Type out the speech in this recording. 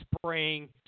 spraying